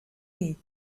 eat